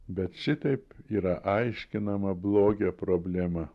bet šitaip yra aiškinama blogio problema